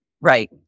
Right